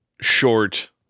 short